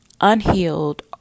unhealed